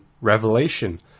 Revelation